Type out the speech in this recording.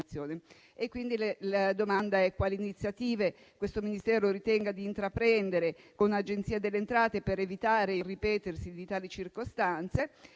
quindi quali iniziative questo Ministero ritenga di intraprendere con l'Agenzia delle entrate per evitare il ripetersi di tali circostanze;